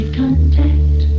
contact